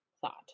thought